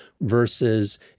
versus